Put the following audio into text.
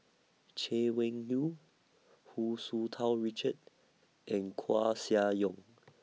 Chay Weng Yew Hu Tsu Tau Richard and Koeh Sia Yong